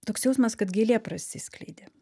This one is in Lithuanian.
toks jausmas kad gėlė prasiskleidė